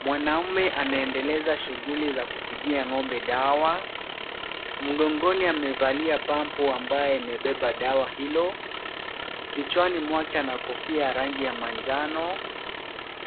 Mwanaume anaendeleza shughuli za kupigia ng’ombe dawa, mgongoni amevalia pampu ambayo imebeba dawa hilo. Kichwani mwake ana kofia kofia ya rangi ya manjano,